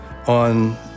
on